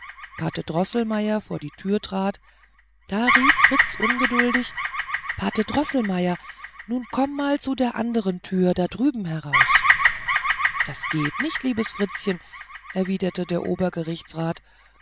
pate droßelmeier vor die türe trat da rief fritz ungeduldig pate droßelmeier nun komm mal zu der andern tür da drüben heraus das geht nicht liebes fritzchen erwiderte der obergerichtsrat